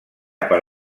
per